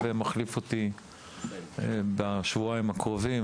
הוא מחליף אותי בשבועיים הקרובים,